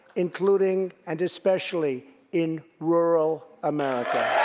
including and especially in rural america.